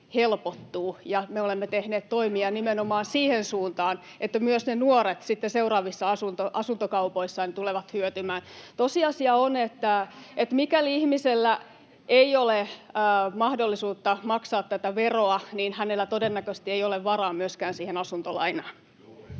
helpottuu, ja me olemme tehneet toimia nimenomaan siihen suuntaan, [Annika Saarikko: Veronkevennys velaksi!] että myös ne nuoret sitten seuraavissa asuntokaupoissaan tulevat hyötymään. Tosiasia on, että mikäli ihmisellä ei ole mahdollisuutta maksaa tätä veroa, niin hänellä todennäköisesti ei ole varaa myöskään siihen asuntolainaan.